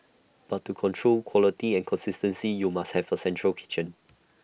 but to control quality and consistency you must have A central kitchen